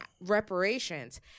reparations